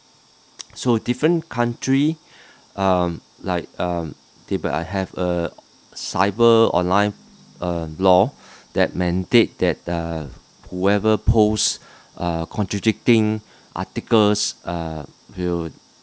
so different country um like um if I have a cyber online uh law that mandate that the whoever post uh contradicting articles uh will